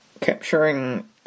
capturing